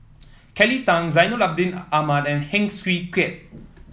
Kelly Tang Zainal Abidin Ahmad and Heng Swee Keat